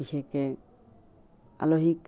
বিশেষকৈ আলহীক